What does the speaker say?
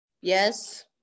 Yes